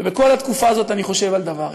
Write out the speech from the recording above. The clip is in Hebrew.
ובכל התקופה הזאת אני חושב דבר אחד: